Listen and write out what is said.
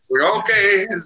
Okay